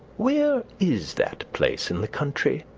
where is that place in the country,